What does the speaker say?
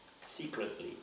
secretly